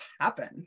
happen